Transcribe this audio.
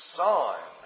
son